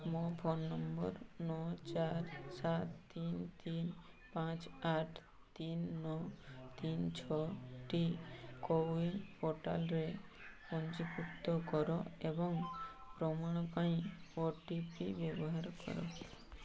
ମୋ ଫୋନ୍ ନମ୍ବର ନଅ ଚାରି ସାତ ତିନି ତିନି ପାଞ୍ଚ ଆଠ ତିନି ନଅ ତିନି ଛଅଟି କୋୱିନ୍ ପୋର୍ଟାଲ୍ରେ ପଞ୍ଜୀକୃତ କର ଏବଂ ପ୍ରମାଣ ପାଇଁ ଓ ଟି ପି ବ୍ୟବହାର କର